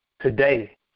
today